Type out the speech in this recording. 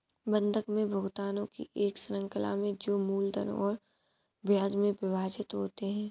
बंधक में भुगतानों की एक श्रृंखला में जो मूलधन और ब्याज में विभाजित होते है